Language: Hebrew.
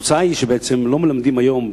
התוצאה היא שבעצם לא מלמדים היום,